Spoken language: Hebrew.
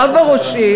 רב-ראשי,